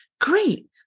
Great